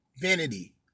Vanity